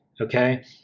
okay